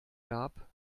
gab